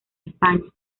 españa